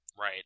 Right